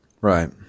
Right